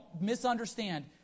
misunderstand